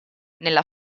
nella